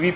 V